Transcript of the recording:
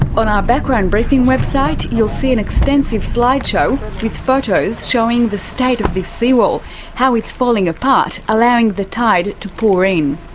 on our background briefing website, you'll see an extensive slideshow with photos showing the state of this seawall how it's falling apart, allowing the tide to pour in.